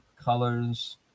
colors